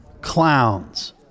clowns